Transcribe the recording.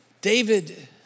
David